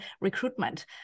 recruitment